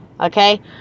Okay